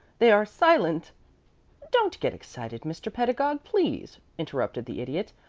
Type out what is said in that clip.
they are silent don't get excited, mr. pedagog, please, interrupted the idiot.